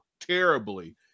terribly